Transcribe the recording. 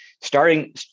starting